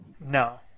No